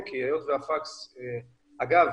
אגב,